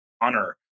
honor